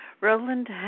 Roland